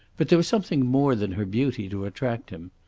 but there was something more than her beauty to attract him.